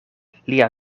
lia